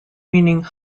meaning